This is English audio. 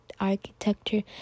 architecture